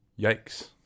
yikes